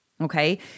Okay